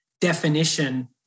definition